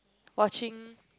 watching